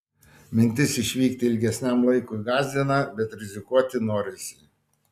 mintis išvykti ilgesniam laikui gąsdina bet rizikuoti norisi